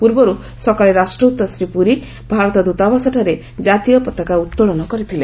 ପୂର୍ବରୁ ସକାଳେ ରାଷ୍ଟ୍ରଦୁତ ଶ୍ରୀପୁରୀ ଭାରତ ଦୃତାବାସଠାରେ ଜାତୀୟ ପତାକା ଉତ୍ତୋଳନ କରିଥିଲେ